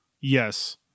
Yes